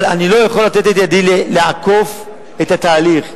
אבל אני לא יכול לתת את ידי לעקוף את התהליך,